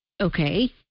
Okay